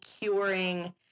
curing